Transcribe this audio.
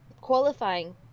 qualifying